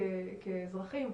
כאזרחים,